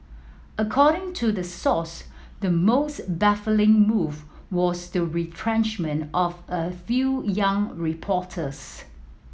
according to the source the most baffling move was the retrenchment of a few young reporters